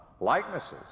likenesses